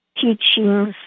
teachings